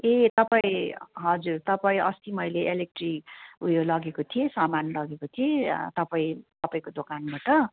ए तपाईँ हजुर तपाईँ अस्ति मैले इलेक्ट्री उयो लगेको थिएँ सामान लगेको थिएँ तपाईँ तपाईँको दोकानबाट